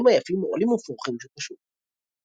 החיים היפים עולים ופורחים שוב ושוב.